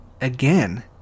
Again